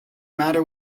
matter